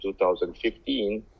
2015